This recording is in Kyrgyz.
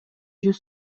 жүз